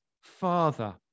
father